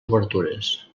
obertures